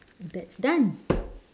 that's done